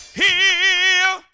heal